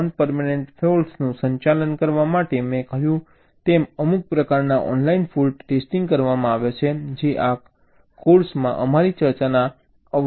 non permanent ફૉલ્ટ્સનું સંચાલન કરવા માટે મેં કહ્યું તેમ અમુક પ્રકારના ઓનલાઈન ફોલ્ટ ટેસ્ટિંગ કરવામાં આવે છે જે આ કોર્સમાં અમારી ચર્ચાના અવકાશની બહાર છે